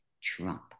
Trump